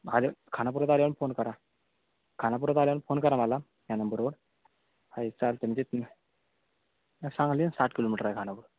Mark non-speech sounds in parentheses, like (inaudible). (unintelligible) खानापुरात आल्यावर फोन करा खानापुरात आल्यावर फोन करा मला ह्या नंबरवर होय चालत आहे म्हणजे तुम्ही सांगलीहून सात किलोमीटर आहे खानापूर